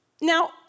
Now